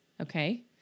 okay